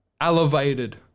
elevated